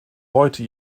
heute